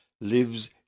lives